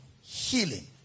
healing